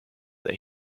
that